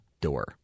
door